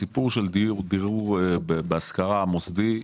הסיפור של דיור בהשכרה מוסדי,